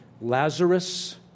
Lazarus